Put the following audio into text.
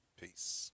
Peace